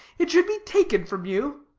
it should be taken from you.